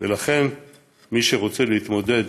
ולכן מי שרוצה להתמודד